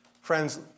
Friends